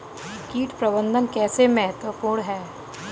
कीट प्रबंधन कैसे महत्वपूर्ण है?